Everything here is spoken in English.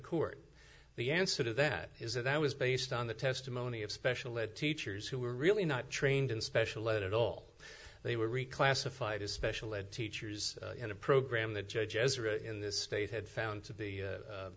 court the answer to that is that i was based on the testimony of special ed teachers who were really not trained in special load at all they were reclassified as special ed teachers in a program the judge in this state had found to be